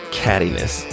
cattiness